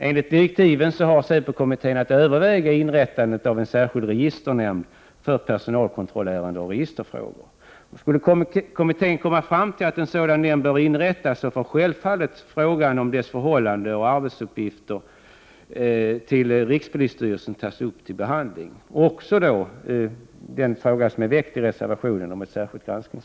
Enligt direktiven har säpokommittén att överväga inrättandet av en särskild registernämnd för personalkontrollärenden och registerfrågor. Skulle kommittén komma fram till att en sådan nämnd bör inrättas får frågan om dess förhållande till rikspolisstyrelsen och om dess arbetsuppgifter tas upp till behandling. Det gäller även den fråga om ett särskilt granskningskansli som har väckts i reservationen.